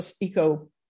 eco